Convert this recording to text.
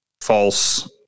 false